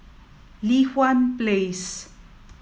Li Hwan Place